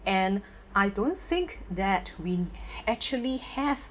and I don't think that we actually have